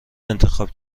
انتخاب